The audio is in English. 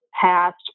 past